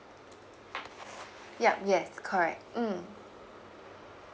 ya yes correct mm